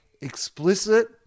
explicit